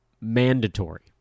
mandatory